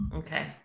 Okay